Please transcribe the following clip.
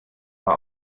war